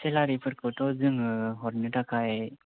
सेलारिफोरखौथ' जोङो हरनो थाखाय